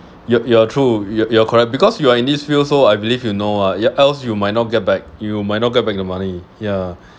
you're you are true you're you are correct because you are in this field so I believe you know ah else you might not get back you might not get back the money yeah